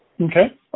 Okay